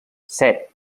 set